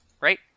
right